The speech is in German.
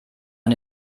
man